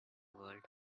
world